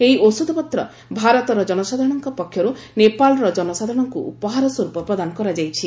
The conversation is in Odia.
ଏହି ଔଷଧପତ୍ର ଭାରତର ଜନସାଧାରଣଙ୍କ ପକ୍ଷରୁ ନେପାଳର ଜନସାଧାରଣଙ୍କୁ ଉପହାର ସ୍ୱରୂପ ପ୍ରଦାନ କରାଯାଇଛି